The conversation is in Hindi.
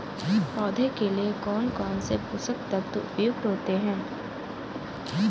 पौधे के लिए कौन कौन से पोषक तत्व उपयुक्त होते हैं?